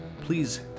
please